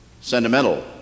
sentimental